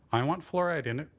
i want fluoride in it.